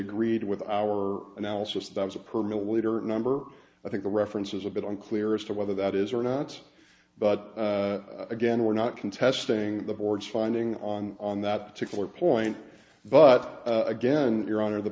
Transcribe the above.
agreed with our analysis that was a permanent leader number i think the reference is a bit unclear as to whether that is or not but again we're not contesting the board's finding on that particular point but again your honor the